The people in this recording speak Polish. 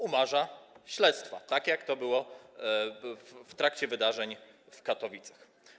Umarza śledztwa, tak jak to było w przypadku wydarzeń w Katowicach.